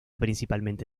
principalmente